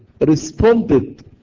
responded